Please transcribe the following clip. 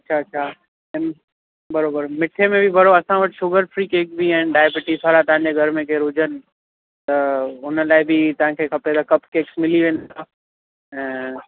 अच्छा अच्छा बराबरि मिट्ठे में बि बरो असां वटि शुगर फ़्री केक बि आहिनि डायबिटीज वारा तव्हांजे घर में केरु हुजनि त हुन लाइ बि तव्हांखे खपे त कप केक्स मिली वेंदा ऐं